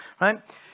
right